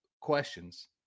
questions